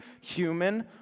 human